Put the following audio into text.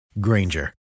Granger